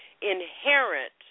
inherent